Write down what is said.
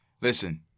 Listen